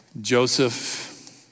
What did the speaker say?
Joseph